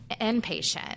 inpatient